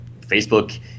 Facebook